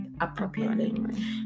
appropriately